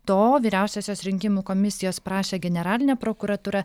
to vyriausiosios rinkimų komisijos prašė generalinė prokuratūra